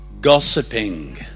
gossiping